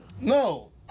No